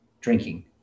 drinking